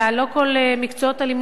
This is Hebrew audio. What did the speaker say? לא כל מקצועות הלימוד,